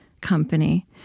company